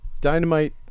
dynamite